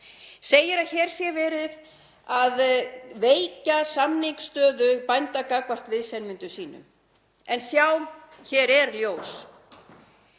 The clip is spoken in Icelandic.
Segir að hér sé verið að veikja samningsstöðu bænda gagnvart viðsemjendum sínum. En sjá, hér er ljós